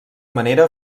manera